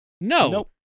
no